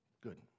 Good